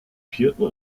vierten